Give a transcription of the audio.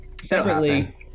Separately